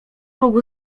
mógł